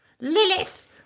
Lilith